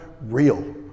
real